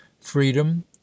freedom